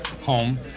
home